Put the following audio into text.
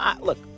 Look